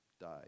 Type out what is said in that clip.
died